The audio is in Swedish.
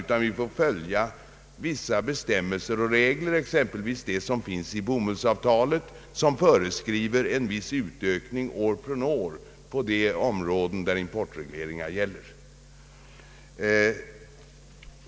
Vi är tvungna att följa vissa bestämmelser och regler, exempelvis den bestämmelse som finns i bomullsavtalet och som föreskriver en viss utökning år från år på de områden där importregleringar gäller.